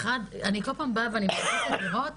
אני כל פעם באה ואני מחפשת לראות